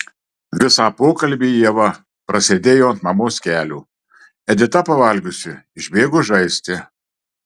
visą pokalbį ieva prasėdėjo ant mamos kelių edita pavalgiusi išbėgo žaisti